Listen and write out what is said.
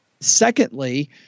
Secondly